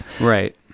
Right